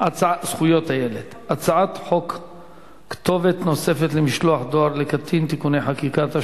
על הצעת חוק כתובת נוספת למשלוח דואר לקטין (תיקוני חקיקה),